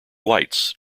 lights